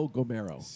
Gomero